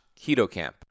ketocamp